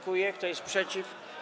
Kto jest przeciw?